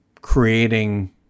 creating